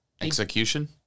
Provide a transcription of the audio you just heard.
execution